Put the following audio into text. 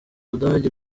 budage